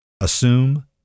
assume